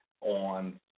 on